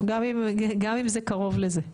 גם אם זה קרוב לזה.